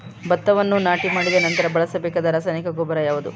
ಭತ್ತವನ್ನು ನಾಟಿ ಮಾಡಿದ ನಂತರ ಬಳಸಬೇಕಾದ ರಾಸಾಯನಿಕ ಗೊಬ್ಬರ ಯಾವುದು?